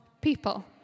people